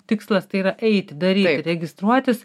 tikslas tai yra eiti daryti registruotis